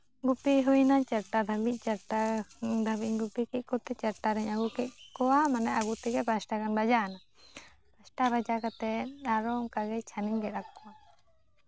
ᱜᱩᱯᱤ ᱦᱩᱭᱱᱟ ᱪᱟᱨᱴ ᱫᱷᱟᱹᱵᱤᱡ ᱪᱟᱨᱴᱟ ᱫᱷᱟᱹᱵᱤᱡ ᱜᱩᱯᱤ ᱠᱮᱫ ᱠᱚᱛᱮ ᱪᱟᱨᱴᱟ ᱨᱤᱧ ᱟᱹᱜᱩ ᱠᱮᱫ ᱠᱚᱣᱟ ᱢᱟᱱᱮ ᱟᱹᱜᱩ ᱛᱮᱜᱮ ᱯᱟᱸᱪᱴᱟ ᱜᱟᱱ ᱵᱟᱡᱟᱣᱱᱟ ᱯᱟᱸᱪᱴᱟ ᱵᱟᱡᱟᱣ ᱠᱟᱛᱮᱫ ᱟᱨᱚ ᱚᱱᱠᱟᱜᱮ ᱪᱷᱟᱹᱱᱤᱧ ᱜᱮᱫ ᱟᱠᱚᱣᱟ